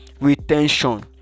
Retention